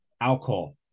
alcohol